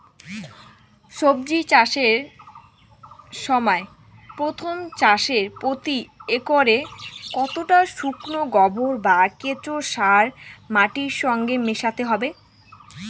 সবজি চাষের সময় প্রথম চাষে প্রতি একরে কতটা শুকনো গোবর বা কেঁচো সার মাটির সঙ্গে মেশাতে হবে?